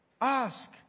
ask